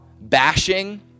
bashing